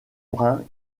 brun